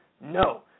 no